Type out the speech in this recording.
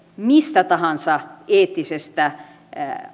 mistä tahansa eettisestä